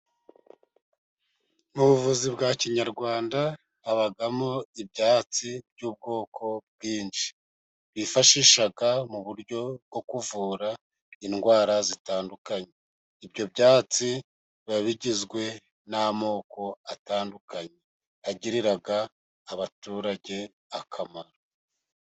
Mu buvuzi bwa kinyarwanda habamo ibyatsi by'ubwoko bwinshi, bifashisha mu buryo bwo kuvura indwara zitandukanye, ibyo byatsi biba bigizwe n'amoko atandukanye agirira abaturage akamaro.